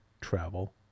Travel